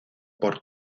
por